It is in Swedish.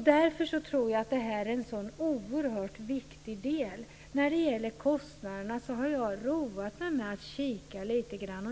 Därför tror jag att detta är en oerhört viktig del. När det gäller kostnaderna har jag roat mig med att kika lite grann.